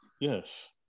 Yes